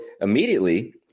immediately